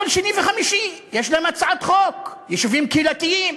כל שני וחמישי יש להם הצעת חוק: יישובים קהילתיים.